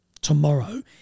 tomorrow